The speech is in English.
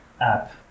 app